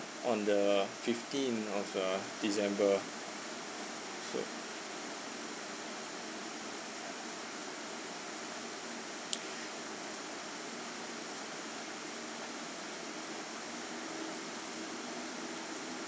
on the fifteenth of the december so